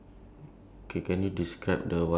two two person pushing